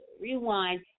rewind